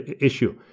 issue